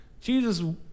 Jesus